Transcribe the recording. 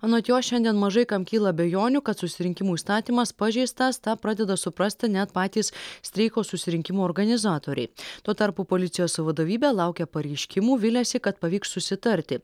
anot jo šiandien mažai kam kyla abejonių kad susirinkimų įstatymas pažeistas tą pradeda suprasti net patys streiko susirinkimo organizatoriai tuo tarpu policijos vadovybė laukia pareiškimų viliasi kad pavyks susitarti